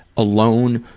alone,